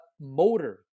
motor